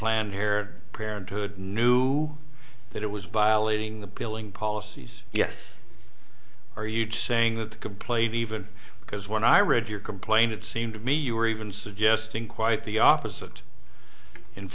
here parenthood knew that it was violating the billing policies yes are you saying that the complaint even because when i read your complaint it seemed to me you were even suggesting quite the opposite in